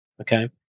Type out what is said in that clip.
okay